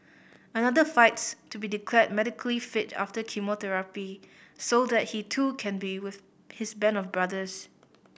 another fights to be declared medically fit after chemotherapy so that he too can be with his band of brothers